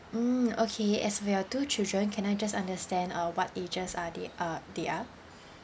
mm okay as for your two children can I just understand uh what ages are they uh they are